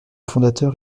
fondateur